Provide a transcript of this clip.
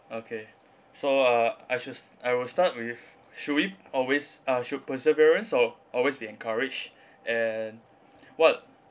okay so uh I just I will start with should we always uh should perseverance al~ always be encouraged and what